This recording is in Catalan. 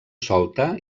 solta